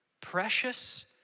precious